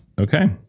Okay